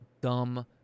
dumb